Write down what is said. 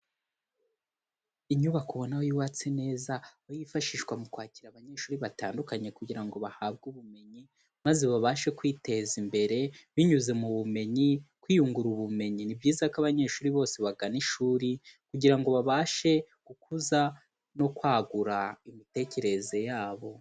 Inyubako ubona yubatse neza aho yifashishwa mu kwakira abanyeshuri batandukanye kugira ngo bahabwe ubumenyi maze babashe kwiteza imbere binyuze mu bumenyi, kwiyungura ubumenyi, ni byiza ko abanyeshuri bose bagana ishuri kugira ngo babashe gukuza no kwagura imitekerereze yabo.